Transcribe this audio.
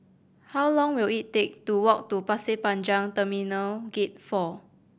how long will it take to walk to Pasir Panjang Terminal Gate Four